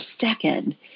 second